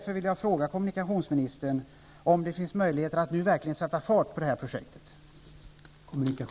Jag vill därför fråga kommunikationsministern om det finns möjligheter att nu verkligen sätta fart på detta projekt.